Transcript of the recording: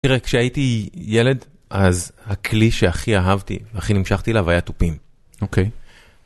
תראה, כשהייתי ילד, אז הכלי שהכי אהבתי, הכי נמשכתי אליו, היה תופים. - אוקיי